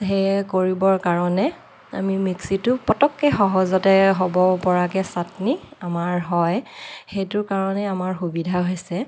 সেয়ে কৰিবৰ কাৰণে আমি মিক্সিটো পটককে সহজতে হ'ব পৰাকে চাটনি আমাৰ হয় সেইটো কাৰণে আমাৰ সুবিধা হৈছে